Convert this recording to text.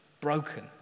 broken